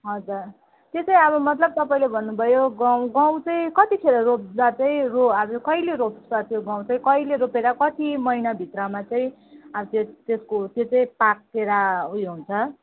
हजुर त्यो चाहिँ अब मतलब तपाईँले भन्नुभयो गहुँ गहुँ चाहिँ कतिखेर रोप्दा चाहिँ रो अझ कहिले रोप्छ त्यो गहुँ चाहिँ कहिले रोपेर कति महिनाभित्रमा चाहिँ अझै त्यसको त्यो चाहिँ पाकेर ऊ यो हुन्छ